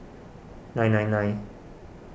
nine nine nine